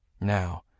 Now